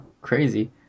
crazy